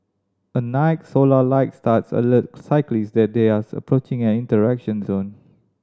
at night solar light studs alert cyclists that they are approaching an interaction zone